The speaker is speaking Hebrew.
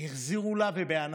החזירו לה, ובענק,